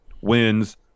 wins